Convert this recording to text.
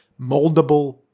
moldable